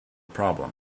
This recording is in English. problem